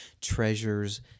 treasures